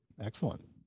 Excellent